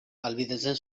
ahalbidetzen